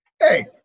Hey